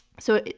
so,